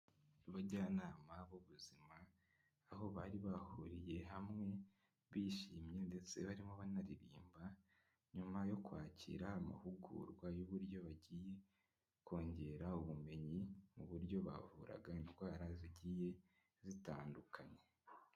Abajyanama b'ubuzima aho bari bahuriye hamwe bishimye ndetse barimo banaririmba nyuma yo kwakira amahugurwa y'uburyo bagiye kongera ubumenyi mu buryo bavuraga indwara zigiye zitandukanye.